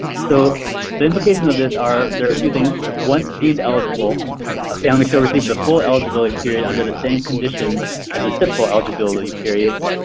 so the implication of this are there are a few things once deemed eligible a family should receive the full eligibility period under the same conditions as a typical eligibility period.